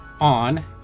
On